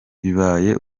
bibaye